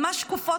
ממש שקופות,